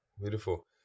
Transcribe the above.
beautiful